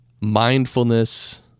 mindfulness